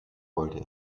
wollte